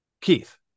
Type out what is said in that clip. Keith